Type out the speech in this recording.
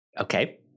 Okay